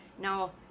now